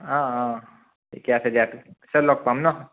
অ অ ঠিকেই আছে দিয়া পিছত লগ পাম ন'